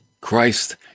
Christ